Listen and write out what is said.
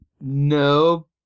No